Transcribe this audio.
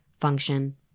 function